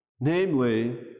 Namely